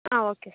okay sir